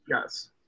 Yes